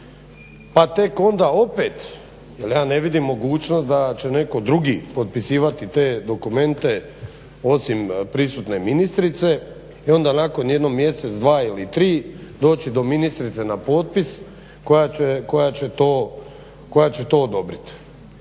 pa tek onda opet jer ja ne vidim mogućnost da će netko drugi potpisivati te dokumente osim prisutne ministrice i onda nakon jedno mjesec, dva ili tri doći do ministrice na potpis koja će to odobriti.